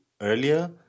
earlier